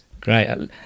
Great